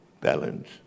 balance